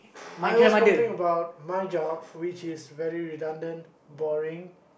I always complain about my job which is very redundant boring